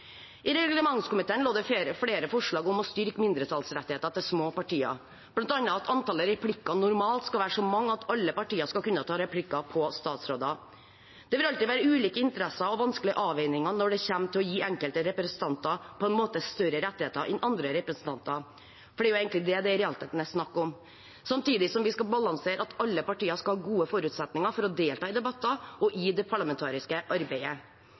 i interpellasjonsdebatten. I reglementskomiteen lå det flere forslag om å styrke mindretallsrettigheter for små partier, bl.a. at antallet replikker normalt skal være så mange at alle partier skal kunne ta replikker på statsråder. Det vil alltid være ulike interesser og vanskelige avveininger når det kommer til å gi enkelte representanter på en måte større rettigheter enn andre representanter, for det er egentlig det det i realiteten er snakk om. Samtidig skal vi balansere at alle partier skal ha gode forutsetninger for å delta i debatter og i det parlamentariske arbeidet.